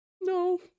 no